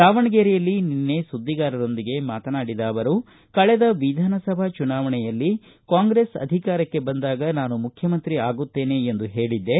ದಾವಣಗೆರೆಯಲ್ಲಿ ನಿನ್ನೆ ಸುದ್ದಿಗಾರರೊಂದಿಗೆ ಮಾತನಾಡಿದ ಅವರು ಕಳೆದ ವಿಧಾನಸಭೆ ಚುನಾವಣೆಯಲ್ಲಿ ಕಾಂಗ್ರೆಸ್ ಅಧಿಕಾರಕ್ಕೆ ಬಂದಾಗ ನಾನು ಮುಖ್ಯಮಂತ್ರಿ ಆಗುತ್ತೇನೆ ಎಂದು ಹೇಳಿದ್ದೇ